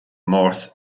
morse